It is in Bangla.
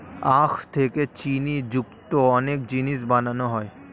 আখ থেকে চিনি যুক্ত অনেক জিনিস বানানো হয়